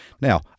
Now